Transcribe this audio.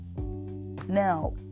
Now